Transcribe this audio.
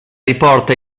riporta